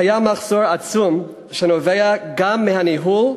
קיים מחסור עצום, שנובע גם מהניהול,